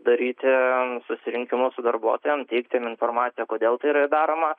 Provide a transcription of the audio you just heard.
daryti susirinkimus su darbuotojams teikti jiem informaciją kodėl tai yra daroma